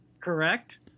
Correct